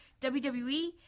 WWE